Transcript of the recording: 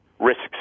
risks